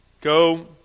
go